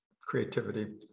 creativity